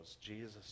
Jesus